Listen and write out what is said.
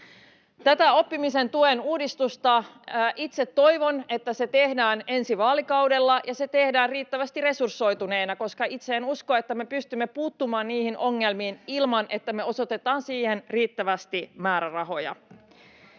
tämä oppimisen tuen uudistus tehdään ensi vaalikaudella ja se tehdään riittävästi resursoituna, koska itse en usko, että me pystymme puuttumaan niihin ongelmiin ilman, että me osoitetaan siihen riittävästi määrärahoja.